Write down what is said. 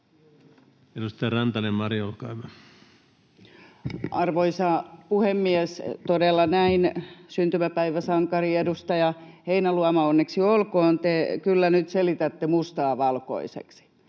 Edustaja Rantanen, Mari, olkaa hyvä. Arvoisa puhemies! Todella näin, syntymäpäiväsankari, edustaja Heinäluoma, onneksi olkoon. [Eveliina Heinäluoma: Kiitos!]